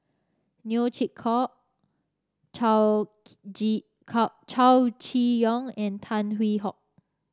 Neo Chwee Kok Chow Chow Chee Yong and Tan Hwee Hock